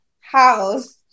house